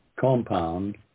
compound